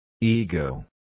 Ego